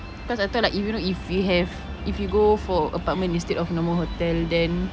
because I thought like if you know if we have if we go for apartment instead of normal hotel then